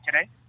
today